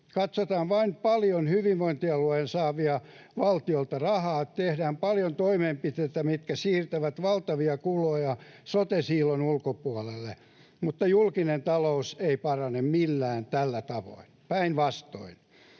Katsotaan vain, paljonko hyvinvointialueet saavat valtiolta rahaa. Tehdään paljon toimenpiteitä, mitkä siirtävät valtavia kuluja sote-siilon ulkopuolelle, mutta julkinen talous ei parane millään tavoin. Päinvastoin.